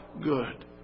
good